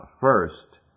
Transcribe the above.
first